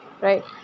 Right